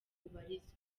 ubarizwa